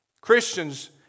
Christians